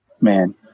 Man